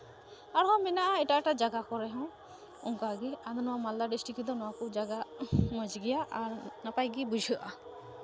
ᱟᱨᱦᱚᱸ ᱢᱮᱱᱟᱜᱼᱟ ᱮᱴᱟᱜ ᱮᱴᱟᱜ ᱡᱟᱭᱜᱟ ᱠᱚᱨᱮᱜ ᱦᱚᱸ ᱚᱱᱠᱟᱜᱮ ᱟᱫᱚ ᱱᱚᱣᱟ ᱢᱟᱞᱫᱟ ᱰᱤᱥᱴᱤᱠ ᱨᱮᱫᱚ ᱱᱚᱣᱟ ᱠᱚ ᱡᱟᱭᱜᱟ ᱢᱚᱡᱽ ᱜᱮᱭᱟ ᱟᱨ ᱱᱟᱯᱟᱭ ᱜᱮ ᱵᱩᱡᱷᱟᱹᱜᱼᱟ